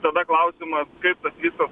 tada klausimas kaip tas visas